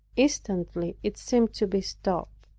instantly it seemed to be stopped.